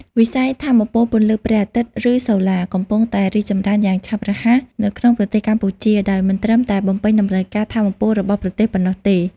វិស័យថាមពលពន្លឺព្រះអាទិត្យ ឬ "សូឡា" កំពុងតែរីកចម្រើនយ៉ាងឆាប់រហ័សនៅក្នុងប្រទេសកម្ពុជា ដោយមិនត្រឹមតែបំពេញតម្រូវការថាមពលរបស់ប្រទេសប៉ុណ្ណោះទេ។